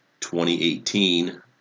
2018